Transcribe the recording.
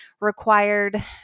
required